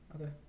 Okay